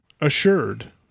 assured